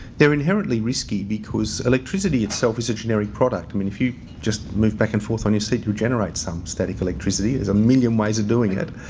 they're inherently risky because electricity itself is a generic product. i mean if you just move back and forth on your seat you'll generate some static electricity. there's a million ways of doing it.